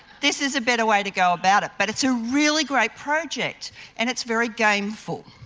this is a better way to go about it. but it's a really great project and it's very gameful.